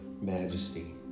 majesty